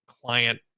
client